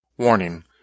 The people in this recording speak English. Warning